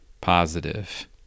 positive